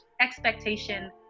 expectation